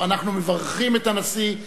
אנחנו מברכים את הנשיא,